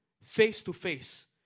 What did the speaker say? face-to-face